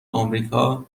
آمریکا